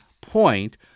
point